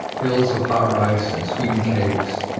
hills of hot rice, and sweetened cakes,